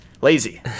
Lazy